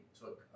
took